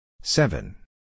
Seven